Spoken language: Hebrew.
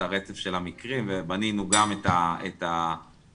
רצף המקרים ובנינו גם את הקמפיין,